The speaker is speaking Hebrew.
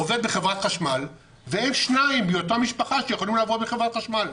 עובד בחברת חשמל ואין שניים מאותה משפחה שיכולים לעבוד בחברת חשמל.